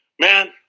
man